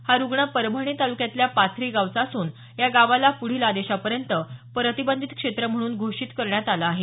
हा रुग्ण परभणी तालुक्यातला पाथरा गावचा असून या गावाला पुढील आदेशापर्यंत प्रतिबंधित क्षेत्र म्हणून प्रशासनानं जाहीर केले आहे